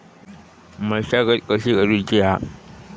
मशागत कशी करूची हा?